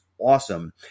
awesome